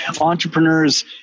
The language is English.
entrepreneurs